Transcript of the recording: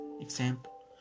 Example